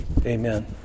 amen